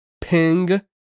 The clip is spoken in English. ping